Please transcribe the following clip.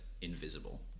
invisible